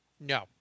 no